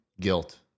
guilt